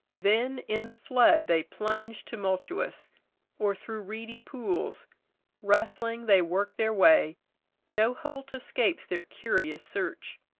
then in the flood they plunge tumultuous or through reedy pools rustling they work their way no holt escapes their curious search.